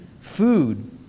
food